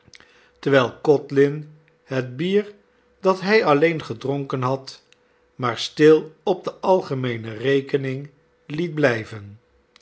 terwijl codlin het bier dat hij alleen gedronken had maar stil op de algemeene rekening liet blijven